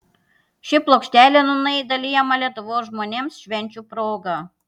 ši plokštelė nūnai dalijama lietuvos žmonėms švenčių proga